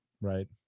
right